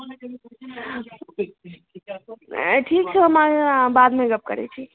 ठीक छै हम अहाँसँ बादमे गप्प करैत छी